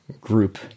group